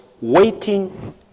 waiting